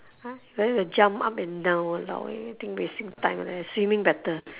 !huh! like that will jump up and down !walao! eh I think wasting time like that swimming better